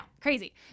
Crazy